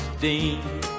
dean